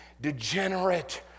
degenerate